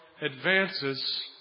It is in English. advances